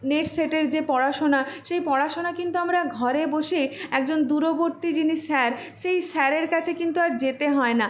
net সেটের যে পড়াশোনা সেই পড়াশোনা কিন্তু আমরা ঘরে বসে একজন দূরবর্তী যিনি স্যার সেই স্যারের কাছে কিন্তু আর যেতে হয় না